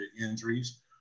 injuries